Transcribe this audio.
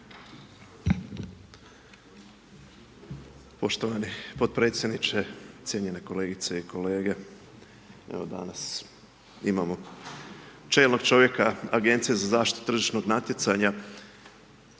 Poštovani potpredsjedniče, cijenjene kolegice i kolege. Danas imamo čelnog čovjeka Agencije za zaštitu tržišnog natjecanja.